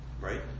Right